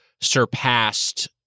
surpassed